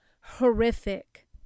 horrific